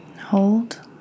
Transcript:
hold